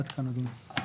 עד כאן, אדוני.